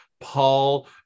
Paul